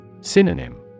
Synonym